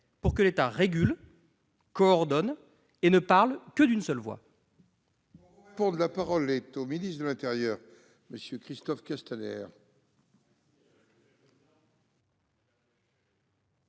pour que l'État régule, coordonne et ne parle que d'une seule voix